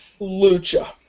Lucha